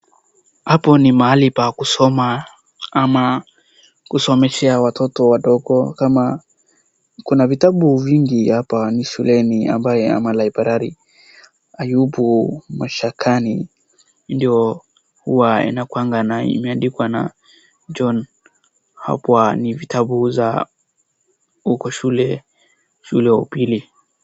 Hapo ni mahali pa kusoma ama kusomeshea watoto wadogo kama, kuna vitabu vingi hapa ni shuleni ambayo ama library ,haipo mashakani ndio inakuanga imeandikwa na John, hapa ni vitabu za huko shule, shule ya upili.